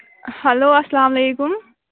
hello اَسلام علیکُم